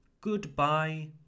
goodbye